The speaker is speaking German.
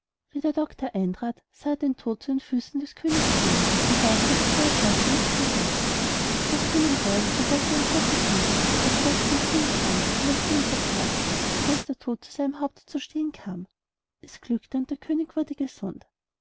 der doctor eintrat sah er den tod zu den füßen des königs stehen und da konnte seine flasche nichts mehr helfen doch fiel ihm ein er wollte den tod betrügen packte also den könig an und legte ihn verkehrt so daß der tod an seinem haupte zu stehen kam es glückte und der könig wurde gesund